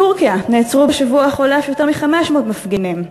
בטורקיה נעצרו בשבוע החולף יותר מ-500 מפגינים,